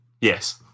Yes